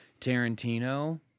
Tarantino